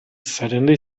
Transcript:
certainly